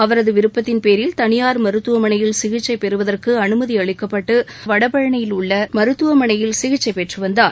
அவரது விருப்பத்தின் பேரில் தனியார் மருத்துவமனையில் சிகிக்சை பெறுவதற்கு அனுமதி அளிக்கப்பட்டு வடபழனியில் உள்ள மருத்துவமனையில் சிகிச்சை பெற்று வந்தார்